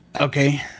Okay